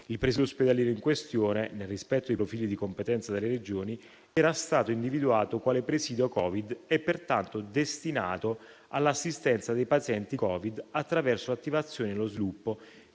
Il presidio ospedaliero in questione, nel rispetto dei profili di competenza delle Regioni, era stato individuato quale presidio Covid e pertanto destinato all'assistenza dei pazienti Covid attraverso l'attivazione e lo sviluppo